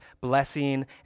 blessing